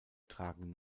tragen